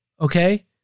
okay